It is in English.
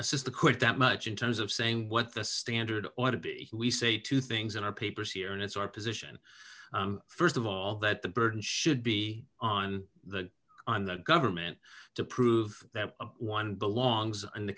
assess the quit that much in terms of saying what the standard ought to be we say two things in our papers here and that's our position st of all that the burden should be on the on the government to prove that one belongs in the